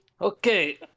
Okay